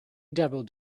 dabbled